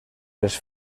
les